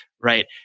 right